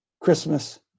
Christmas